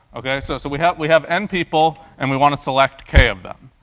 ok? so so we have we have n people and we want to select k of them,